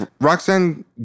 Roxanne